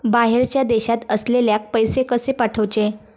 बाहेरच्या देशात असलेल्याक पैसे कसे पाठवचे?